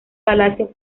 palacio